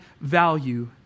value